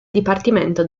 dipartimento